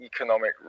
economic